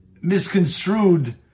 misconstrued